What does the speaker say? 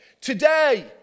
Today